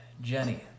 Jenny